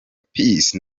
peace